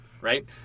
right